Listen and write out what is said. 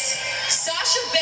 Sasha